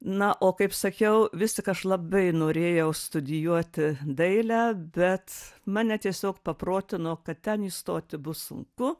na o kaip sakiau vis tik aš labai norėjau studijuoti dailę bet mane tiesiog paprotino kad ten įstoti bus sunku